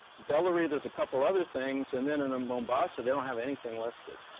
bellary, there's a couple other things, and then in mombasa, they don't have anything listed,